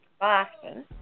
Boston